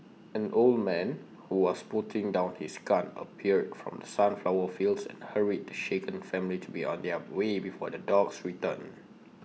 an old man who was putting down his gun appeared from the sunflower fields and hurried the shaken family to be on their way before the dogs return